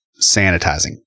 sanitizing